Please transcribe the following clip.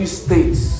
states